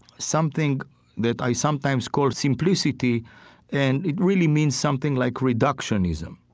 something that i sometimes call simplicity and it really means something like reductionism.